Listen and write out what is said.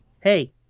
hey